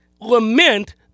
lament